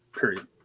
period